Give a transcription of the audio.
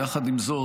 יחד עם זאת,